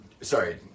Sorry